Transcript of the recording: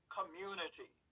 community